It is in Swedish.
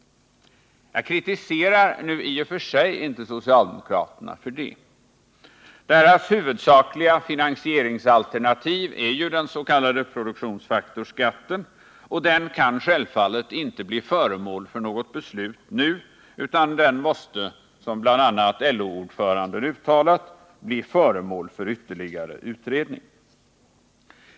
Jag kritiserar nu i och för sig inte socialdemokraterna för det. Deras huvudsakliga finansieringsalternativ, den s.k. produktionsfaktorsskatten, kan självfallet inte bli föremål för beslut nu utan måste, som bl.a. LO-ordföranden uttalat, bli föremål för ytterligare utredning.